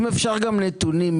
אם אפשר גם נתונים,